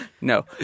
No